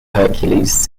hercules